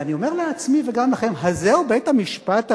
ואני אומר לעצמי וגם לכם: הזהו בית-המשפט העליון?